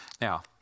Now